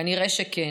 כנראה שכן.